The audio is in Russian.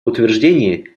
утверждение